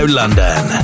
london